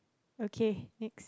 okay next